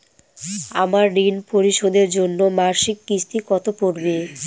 আমার ঋণ পরিশোধের জন্য মাসিক কিস্তি কত পড়বে?